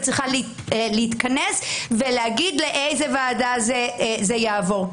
צריכה להתכנס ולהגיד לאיזה ועדה זה יעבור.